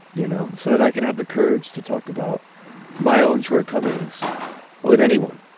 you know, so that i can have the courage to talk about my own shortcomings with anyone.